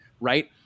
Right